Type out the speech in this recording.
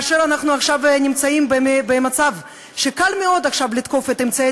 אנחנו נמצאים עכשיו במצב שקל מאוד לתקוף את אמצעי